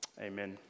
amen